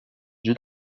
giù